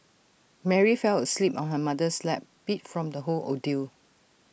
Mary fell asleep on her mother's lap beat from the whole ordeal